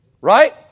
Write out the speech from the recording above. Right